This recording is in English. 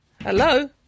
Hello